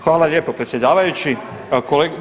Hvala lijepo predsjedavajući.